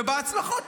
ובהצלחות,